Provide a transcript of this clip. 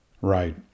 Right